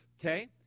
okay